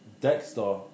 Dexter